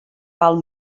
val